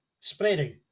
spreading